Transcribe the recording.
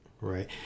right